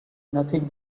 nothing